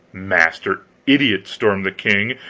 master, idiot! stormed the king.